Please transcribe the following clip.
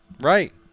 Right